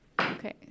Okay